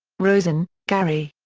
rosen, gary.